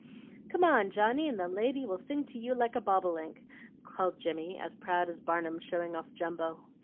come on. johnny, and the lady will sing to you like a bobolink called jimmy, as proud as barnum showing off jumbo.